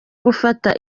gufata